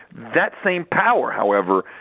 that same power, however,